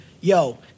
Yo